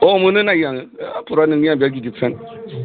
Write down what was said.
औ मोननो नायो आङो पुरा नोंनि आं बेराद गिदिर फेन